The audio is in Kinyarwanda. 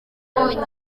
bonyine